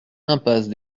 impasse